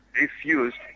refused